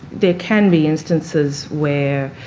there can be instances where